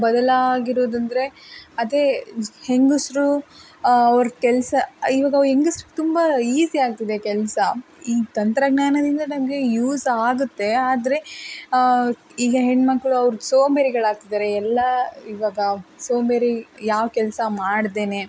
ಬದಲಾಗಿರೋದಂದರೆ ಅದೇ ಹೆಂಗಸರು ಅವ್ರ ಕೆಲಸ ಇವಾಗ ಹೆಂಗಸ್ರು ತುಂಬ ಈಸಿಯಾಗ್ತದೆ ಕೆಲಸ ಈ ತಂತ್ರಜ್ಞಾನದಿಂದ ನಮಗೆ ಯೂಸ್ ಆಗುತ್ತೆ ಆದರೆ ಈಗ ಹೆಣ್ಣುಮಕ್ಳು ಅವ್ರು ಸೋಂಬೇರಿಗಳಾಗ್ತಿದ್ದಾರೆ ಎಲ್ಲ ಇವಾಗ ಸೋಂಬೇರಿ ಯಾವ ಕೆಲಸ ಮಾಡದೇನೇ